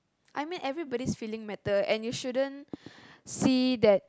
I mean everybody's feeling matter and you shouldn't see that